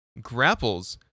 grapples